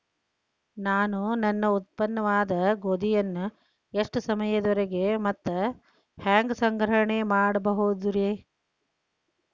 ನಾನು ನನ್ನ ಉತ್ಪನ್ನವಾದ ಗೋಧಿಯನ್ನ ಎಷ್ಟು ಸಮಯದವರೆಗೆ ಮತ್ತ ಹ್ಯಾಂಗ ಸಂಗ್ರಹಣೆ ಮಾಡಬಹುದುರೇ?